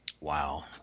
Wow